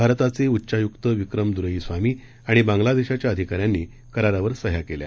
भारताचे उच्चाय्क्त विक्रम द्रईस्वामी आणि बांगलादेशाच्या अधिकाऱ्यांनी करारावर सह्या केल्या